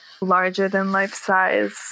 larger-than-life-size